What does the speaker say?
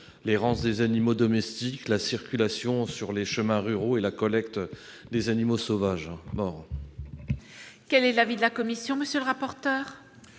l'errance des animaux domestiques, la circulation sur les chemins ruraux et la collecte des animaux sauvages morts. Quel est l'avis de la commission ? La